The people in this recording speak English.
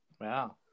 Wow